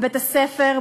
בבית-הספר,